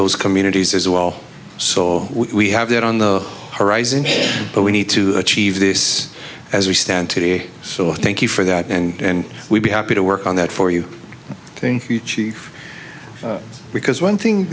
those communities as well so we have that on the horizon but we need to achieve this as we stand today so thank you for that and we'd be happy to work on that for you think you chief because one thing